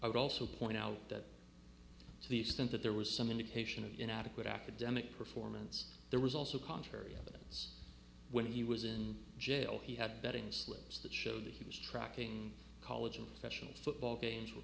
i would also point out that to the extent that there was some indication of inadequate academic performance there was also contrary evidence when he was in jail he had betting slips that showed that he was tracking college and professional football games